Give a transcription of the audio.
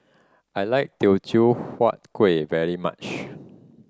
I like Teochew Huat Kuih very much